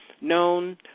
known